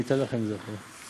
אני אתן לכן את זה אחרי זה.